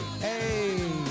hey